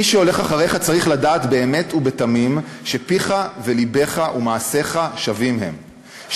מי שהולך אחריך צריך לדעת באמת ובתמים שפיך ולבך ומעשיך שווים הם,